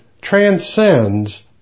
transcends